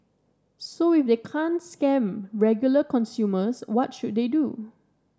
so if they can't scam regular consumers what should they do